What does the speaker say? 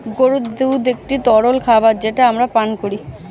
গরুর দুধ একটি তরল খাবার যেটা আমরা পান করি